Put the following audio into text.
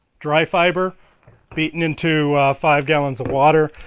dry fiber beaten in to five gallons of water,